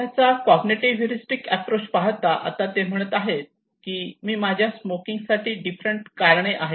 सध्याचा cognitive heuristic approach पाहता आता ते म्हणत आहेत की माझ्या स्मोकिंग साठी डिफरंट कारणे आहेत